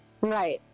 Right